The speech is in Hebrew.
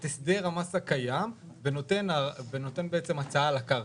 את החזר המס הקיים ונותן הצעה על הקרקע.